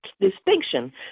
distinction